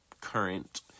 current